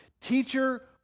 Teacher